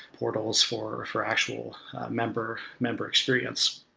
portals for for actual member member experience,